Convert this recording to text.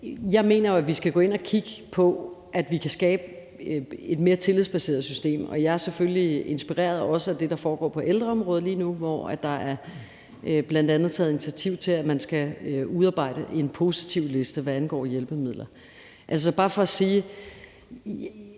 Jeg mener jo, at vi skal gå ind at kigge på at skabe et mere tillidsbaseret system, og jeg er selvfølgelig også inspireret af det, der foregår på ældreområdet lige nu, hvor der bl.a. er taget initiativ til, at man skal udarbejde en positivliste, hvad angår hjælpemidler.